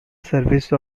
service